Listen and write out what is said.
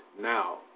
now